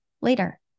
later